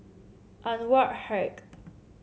Anwarul Haque